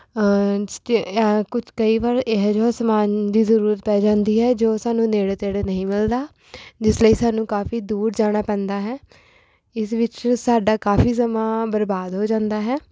stay ਕੁਛ ਕਈ ਵਾਰ ਇਹੋ ਜਿਹੇ ਸਮਾਨ ਦੀ ਜ਼ਰੂਰਤ ਪੈ ਜਾਂਦੀ ਹੈ ਜੋ ਸਾਨੂੰ ਨੇੜੇ ਤੇੜੇ ਨਹੀਂ ਮਿਲਦਾ ਜਿਸ ਲਈ ਸਾਨੂੰ ਕਾਫੀ ਦੂਰ ਜਾਣਾ ਪੈਂਦਾ ਹੈ ਇਸ ਵਿਚ ਸਾਡਾ ਕਾਫੀ ਸਮਾਂ ਬਰਬਾਦ ਹੋ ਜਾਂਦਾ ਹੈ